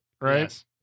right